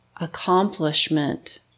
accomplishment